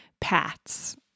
paths